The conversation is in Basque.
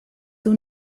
dut